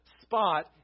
spot